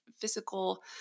physical